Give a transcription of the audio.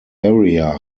area